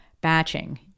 batching